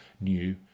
New